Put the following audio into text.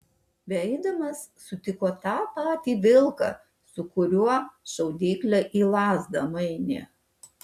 beeidamas sutiko tą patį vilką su kuriuo šaudyklę į lazdą mainė